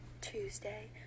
Tuesday